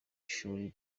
shuri